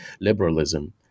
liberalism